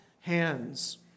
hands